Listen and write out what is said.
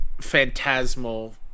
phantasmal